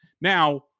Now